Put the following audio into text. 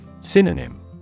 Synonym